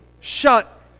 shut